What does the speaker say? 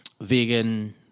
vegan